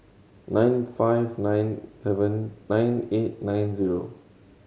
nine five nine seven nine eight nine zero